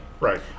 Right